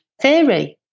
theory